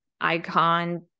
icon